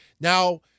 now